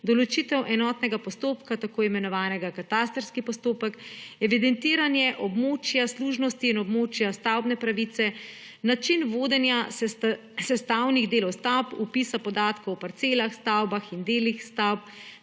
določitev enotnega postopka – tako imenovanega katastrskega postopka, evidentiranje območja služnosti in območja stavbne pravice, način vodenja sestavnih delov stavb, vpis podatkov o parcelah, stavbah in delih stavb